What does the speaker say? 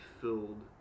filled